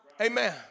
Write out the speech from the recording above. Amen